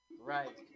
Right